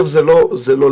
זה לא לבד.